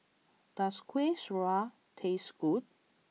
does Kueh Syara taste good